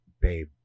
babe